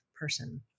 person